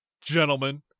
gentlemen